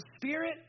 spirit